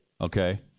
Okay